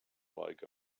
like